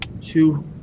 Two